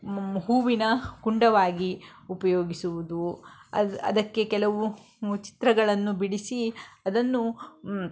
ಹೂವಿನ ಕುಂಡವಾಗಿ ಉಪಯೋಗಿಸುವುದು ಅದು ಅದಕ್ಕೆ ಕೆಲವು ಚಿತ್ರಗಳನ್ನು ಬಿಡಿಸಿ ಅದನ್ನು